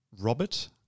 Robert